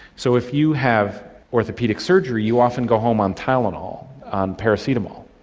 so if you have orthopaedic surgery you often go home on tylenol, on paracetamol.